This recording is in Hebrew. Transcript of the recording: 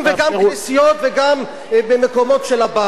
גם כנסיות וגם במקומות של הבהאים,